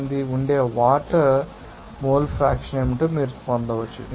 008 ఉండే water mole fraction ఏమిటో మీరు పొందవచ్చు